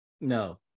No